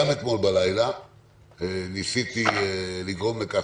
גם אתמול בלילה ניסיתי לגרום לכך